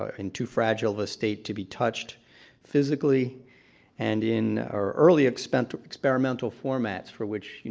ah in too fragile of a state to be touched physically and in or early experimental experimental formats for which, you